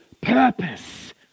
purpose